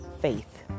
faith